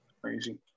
crazy